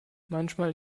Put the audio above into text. manchmal